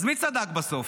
אז מי צדק בסוף,